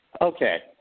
Okay